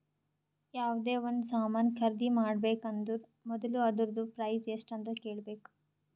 ಯಾವ್ದೇ ಒಂದ್ ಸಾಮಾನ್ ಖರ್ದಿ ಮಾಡ್ಬೇಕ ಅಂದುರ್ ಮೊದುಲ ಅದೂರ್ದು ಪ್ರೈಸ್ ಎಸ್ಟ್ ಅಂತ್ ಕೇಳಬೇಕ